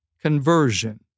conversion